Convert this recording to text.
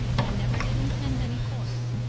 i never did intend any force,